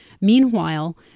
Meanwhile